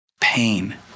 pain